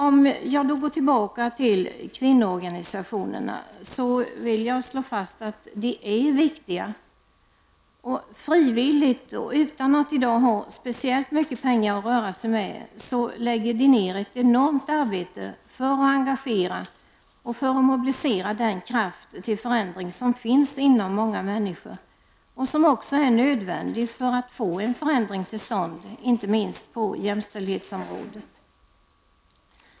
För att återknyta till kvinnoorganisationerna vill jag slå fast att de är viktiga. Frivilligt och utan att i dag ha särskilt mycket pengar att röra sig med lägger de ner ett enormt arbete för att engagera människor och mobilisera den kraft till förändring som finns hos många människor och som också är nödvändig för att få en förändring till stånd — inte minst på jämställdhetsområdet.